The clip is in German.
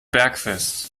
bergfest